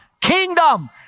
Kingdom